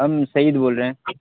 ہم سعید بول رہے ہیں